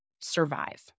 survive